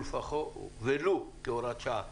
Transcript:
ולו כהוראת שעה.